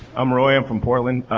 i'm roy, i'm from portland.